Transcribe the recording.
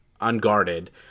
unguarded